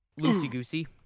loosey-goosey